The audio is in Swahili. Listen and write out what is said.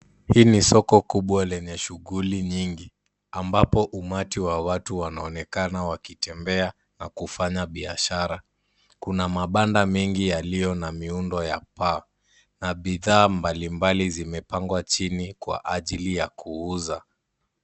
Hii ni soko kubwa lenye shughuli nyingi, ambapo umati wa watu wanaonekana wakitembea na kufanya biashara. Kuna mabanda mengi yaliyo na miundo ya paa na bidhaa mbalimbali zimepangwa chini kwa ajili ya kuuza.